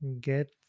get